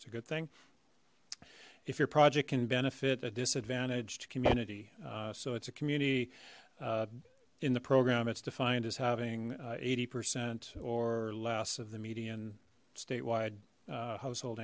it's a good thing if your project can benefit a disadvantaged community so it's a community in the program it's defined as having eighty percent or less of the median statewide household